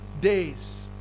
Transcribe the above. days